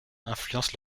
influence